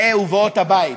באי ובאות הבית.